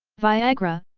viagra,